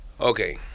Okay